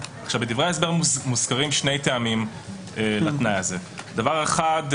בדברי ההסבר מוזכרים שני טעמים לתנאי הזה: אחד,